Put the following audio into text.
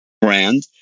Brand